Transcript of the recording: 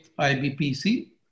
IBPC